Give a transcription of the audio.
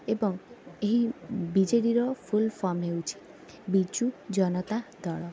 ଏବଂ ଏହି ବିଜେଡ଼ିର ଫୁଲ୍ ଫର୍ମ ହେଉଛି ବିଜୁ ଜନତା ଦଳ